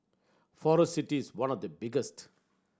Forest City is one of the biggest